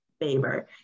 favor